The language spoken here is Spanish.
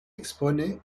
expone